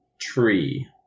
tree